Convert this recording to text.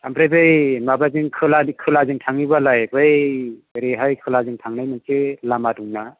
ओमफ्राय बै माबाजों खोलाजों थाङोबालाय बै ओरैहाय खोलाजों थांनाय मोनसे लामा दंना